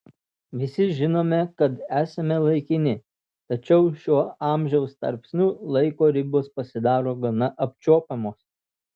visi žinome kad esame laikini tačiau šiuo amžiaus tarpsniu laiko ribos pasidaro gana apčiuopiamos